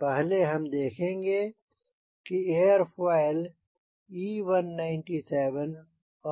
पहले हम देखेंगे कि एयरफोइल E197